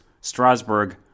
Strasbourg